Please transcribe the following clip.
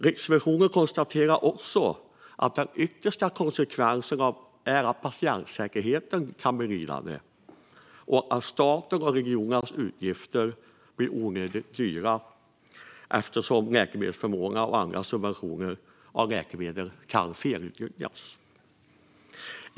Riksrevisionen konstaterar att den yttersta konsekvensen är att patientsäkerheten blir lidande och att statens och regionernas utgifter blir onödigt stora eftersom läkemedelsförmåner och andra subventioner av läkemedel kan felutnyttjas.